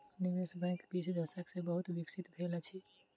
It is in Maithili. निवेश बैंक किछ दशक सॅ बहुत विकसित भेल अछि